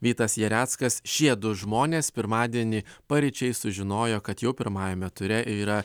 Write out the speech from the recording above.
vytas jareckas šie du žmonės pirmadienį paryčiais sužinojo kad jau pirmajame ture yra